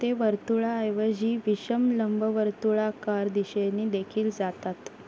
ते वर्तुळाऐवजी विषम लंबवर्तुळाकार दिशेने देखील जातात